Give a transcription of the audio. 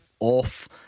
Off